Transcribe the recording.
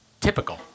typical